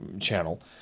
channel